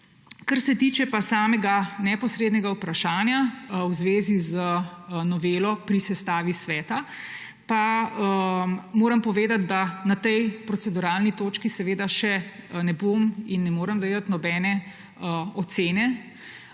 Kar se tiče pa samega neposrednega vprašanja v zvezi z novelo pri sestavi sveta, pa moram povedati, da na tej proceduralni točki seveda še ne bom in ne morem dajati nobene ocene,